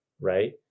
right